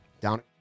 Down